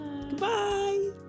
Goodbye